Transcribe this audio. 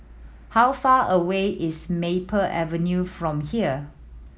how far away is Maple Avenue from here